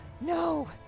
no